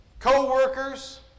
co-workers